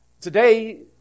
Today